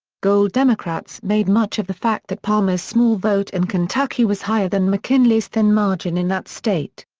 gold democrats made much of the fact that palmer's small vote in kentucky was higher than mckinley's thin margin in that state.